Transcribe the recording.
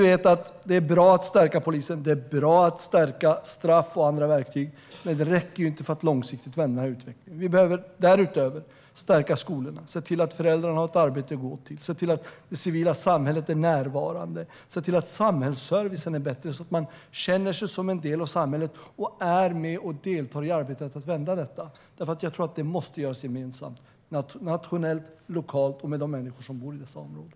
Det är bra att stärka polisen, det är bra att skärpa straff och andra verktyg. Men det räcker inte för att långsiktigt vända utvecklingen. Därutöver behöver skolarna stärkas. Vi behöver se till att föräldrar har ett arbete att gå till. Vi måste se till att det civila samhället är närvarande och att samhällsservicen är bättre så att människor känner sig som en del av samhället och deltar i arbetet för att vända utvecklingen. Det måste göras gemensamt nationellt och lokalt och med de människor som bor i dessa områden.